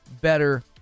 better